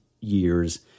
years